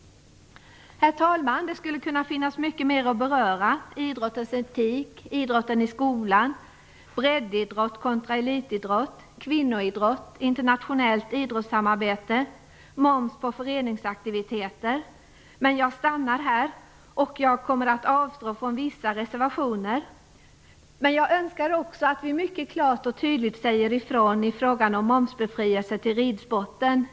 Herr talman! Det finns mycket mer att beröra: idrottens etik, idrotten i skolan, breddidrott kontra elitidrott, kvinnoidrott, internationellt idrottssamarbete, moms på föreningsaktiviteter. Men jag stannar här, och jag avstår från att yrka bifall till vissa reservationer. Men jag önskar att vi mycket klart och tydligt säger ifrån i fråga om moms för ridsporten.